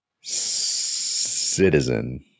Citizen